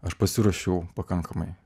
aš pasiruošiau pakankamai